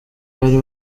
bari